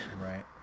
right